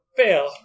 fail